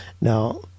now